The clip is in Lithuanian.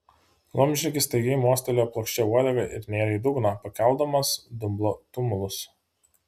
laumžirgis staigiai mostelėjo plokščia uodega ir nėrė į dugną pakeldamas dumblo tumulus